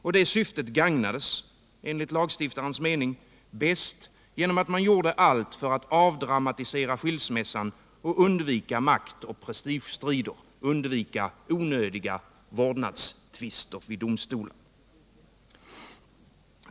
Och det syftet gagnades — enligt lagstiftarnas mening — bäst genom att man gjorde allt för att avdramatisera skilsmässan och undvika maktoch prestigestrider liksom onödiga vårdnadstvister vid domstol.